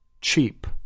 Cheap